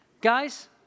Guys